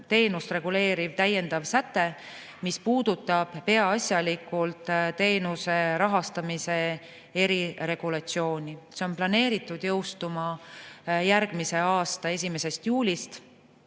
teenust reguleeriv täiendav säte, mis puudutab peaasjalikult teenuse rahastamise eriregulatsiooni. See on planeeritud jõustuma järgmise aasta 1. juulil.